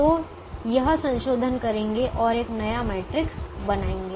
तो यह संशोधन करेंगे और एक नया मैट्रिक्स बनाएंगे